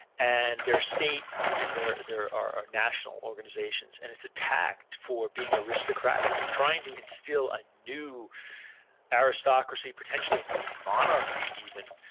and there are state and there there are are national organizations, and it's attacked for being aristocratic, of trying to instill a new aristocracy, potentially a new monarchy, even,